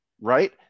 right